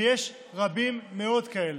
ויש רבים מאוד כאלה.